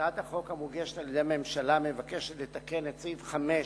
הצעת החוק המוגשת על-ידי הממשלה מבקשת לתקן את סעיף 5